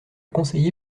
conseiller